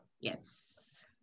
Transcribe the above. Yes